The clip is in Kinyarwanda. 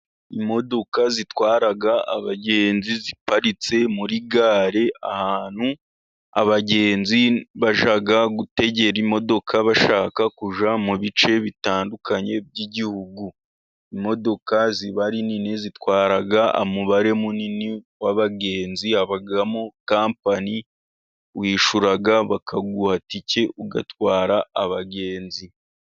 Imodoka zitwara abagenzi ziparitse muri gare, ahantu abagenzi bajya gutegera imodoka, bashaka kujya mu bice bitandukanye by'igihugu, imodoka ziba ari nini, zitwara umubare munini w'abagenzi, habamo kampani wishyura bakaguha itike, ugatwara abagenzi.